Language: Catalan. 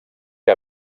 que